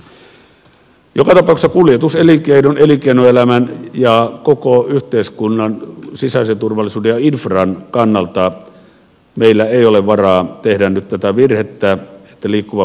joka tapauksessa kuljetuselinkeinon elinkeinoelämän ja koko yhteiskunnan sisäisen turvallisuuden ja infran kannalta meillä ei ole varaa tehdä nyt tätä virhettä että liikkuva poliisi lakkautetaan